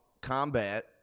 combat